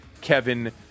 Kevin